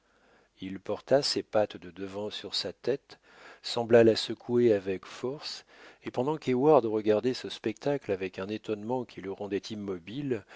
il porta ses pattes de devant sur sa tête sembla la secouer avec force et pendant qu'heyward regardait ce spectacle avec un étonnement qui le rendait immobile